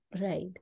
Right